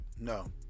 No